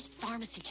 pharmacy